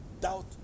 doubt